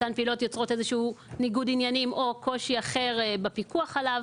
שיוצרות ניגוד עניינים או קושי אחר בפיקוח עליו